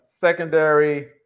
secondary